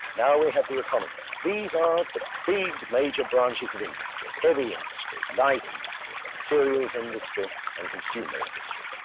now we have the economy. these are the big major branches of industry, heavy industry, light industry, materials industry and consumer industry.